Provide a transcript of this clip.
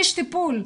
איש טיפול.